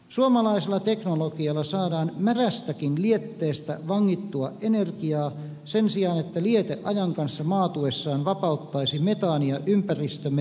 suomalaisella teknologialla saadaan märästäkin lietteestä vangittua energiaa sen sijaan että liete ajan kanssa maatuessaan vapauttaisi metaania ympäristömme tuhoksi